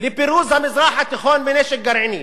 לפירוז המזרח התיכון מנשק גרעיני,